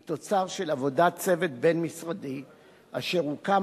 היא תוצר של עבודת צוות בין-משרדי אשר הוקם